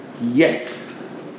yes